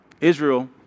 Israel